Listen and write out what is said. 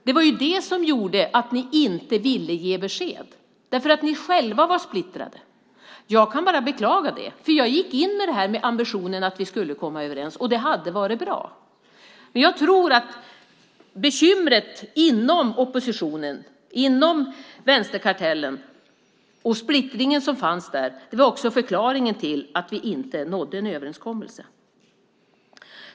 Det var det som gjorde att ni inte ville ge besked. Ni var själva splittrade. Jag kan bara beklaga det, för jag gick in i det med ambitionen att vi skulle komma överens. Det hade varit bra. Jag tror att bekymret inom oppositionen, inom vänsterkartellen, och splittringen som fanns där var förklaringen till att vi inte nådde en överenskommelse.